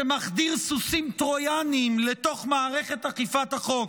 שמחדיר סוסים טרויאניים לתוך מערכת אכיפת החוק.